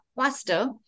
faster